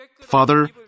Father